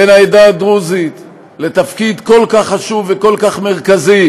בן העדה הדרוזית, לתפקיד כל כך חשוב וכל כך מרכזי,